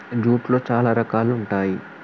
జూట్లో చాలా రకాలు ఉంటాయి